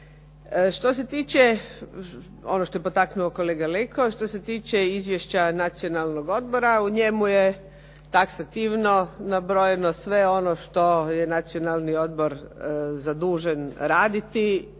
što se tiče izvješća Nacionalnog odbora, u njemu je taksativno nabrojeno sve ono što je Nacionalni odbor zadužen raditi,